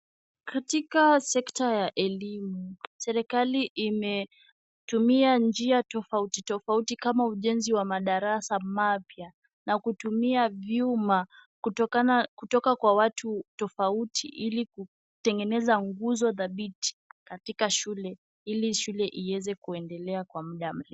Katika sekta ya elimu. Serikali imetumia njia tofauti tofauti kama ujenzi wa madarasa mapya, na kutumia vyuma kutokana, kutoka kwa watu tofauti ili kutengeneza nguzo dhabiti katika shule, ili shule ieze kuendelea kwa muda mrefu.